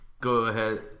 go-ahead